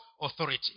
authority